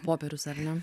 popierius ar ne